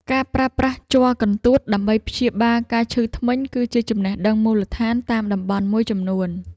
ការប្រើប្រាស់ជ័រកន្ទួតដើម្បីព្យាបាលការឈឺធ្មេញ គឺជាចំណេះដឹងមូលដ្ឋានតាមតំបន់មួយចំនួន។